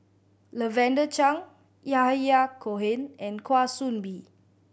Lavender Chang Yahya Cohen and Kwa Soon Bee